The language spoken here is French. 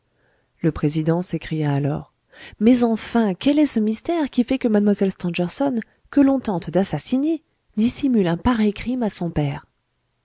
le président s'écria alors mais enfin quel est ce mystère qui fait que mlle stangerson que l'on tente d'assassiner dissimule un pareil crime à son père